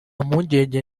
mpungenge